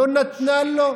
לא נתנה לו,